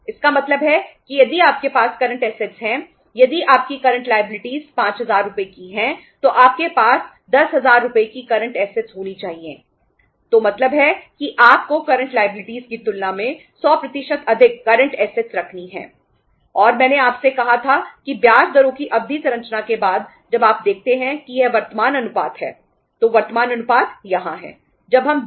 इसका मतलब है कि यदि आपके पास करंट ऐसेटस कितनी है 1